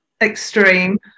Extreme